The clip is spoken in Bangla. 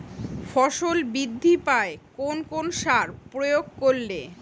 ফসল বৃদ্ধি পায় কোন কোন সার প্রয়োগ করলে?